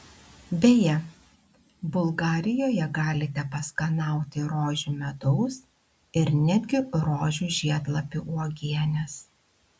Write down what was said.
beje bulgarijoje galite paskanauti rožių medaus ir netgi rožių žiedlapių uogienės